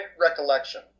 recollection